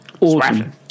awesome